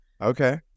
okay